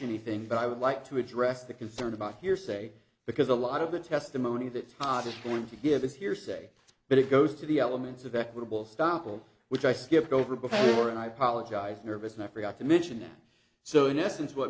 anything but i would like to address the concern about hearsay because a lot of the testimony that it's hard to want to give is hearsay but it goes to the elements of equitable stoppel which i skipped over before and i polish guys nervous and i forgot to mention that so in essence what